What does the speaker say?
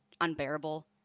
unbearable